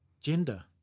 gender